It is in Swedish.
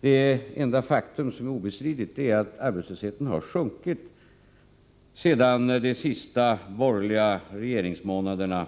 Det enda faktum som är obestridligt är att arbetslösheten har sjunkit sedan de sista borgerliga regeringsmånaderna